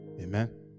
amen